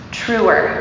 truer